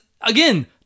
again